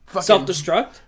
Self-destruct